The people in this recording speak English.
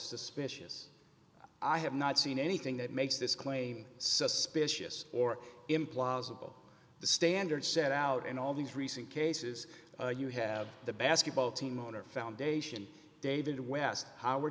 suspicious i have not seen anything that makes this claim suspicious or implausible the standard set out in all these recent cases you have the basketball team owner foundation david west